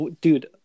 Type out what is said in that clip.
dude